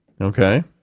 Okay